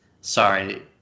Sorry